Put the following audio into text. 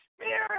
spirit